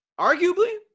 Arguably